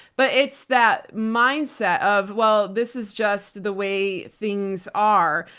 but it's that mindset of well this is just the way things are.